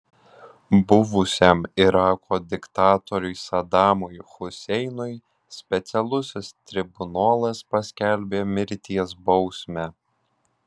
buvusiam irako diktatoriui sadamui huseinui specialusis tribunolas paskelbė mirties bausmę